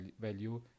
value